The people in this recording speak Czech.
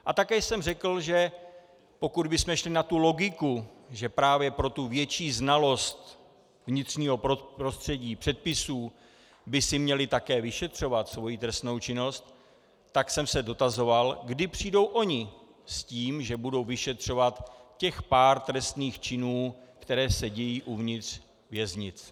A také jsem řekl, že pokud bychom šli na tu logiku, že právě pro tu větší znalost vnitřního prostředí, předpisů by si měli také vyšetřovat svoji trestnou činnost, tak jsem se dotazoval, kdy přijdou oni s tím, že budou vyšetřovat těch pár trestných činů, které se dějí uvnitř věznic.